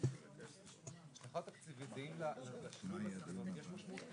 השלכה תקציבית זה אם לשינוי --- יש משמעות כספית.